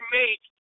make